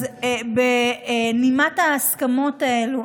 אז בנימת ההסכמות האלה,